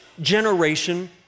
generation